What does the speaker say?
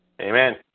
amen